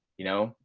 you know,